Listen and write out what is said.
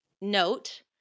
note